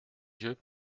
yeux